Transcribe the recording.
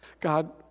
God